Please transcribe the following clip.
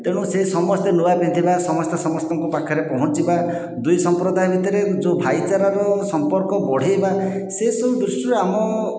ତେଣୁ ସେ ସମସ୍ତେ ନୂଆ ପିନ୍ଧିବା ସମସ୍ତେ ସମସ୍ତଙ୍କୁ ପାଖରେ ପହଁଞ୍ଚିବା ଦୁଇ ସମ୍ପ୍ରଦାୟ ଭିତରେ ଯେଉଁ ଭାଇଚାରାର ସମ୍ପର୍କ ବଢ଼େଇବା ସେ ସବୁ ଦୁଷ୍ଟିରୁ ଆମ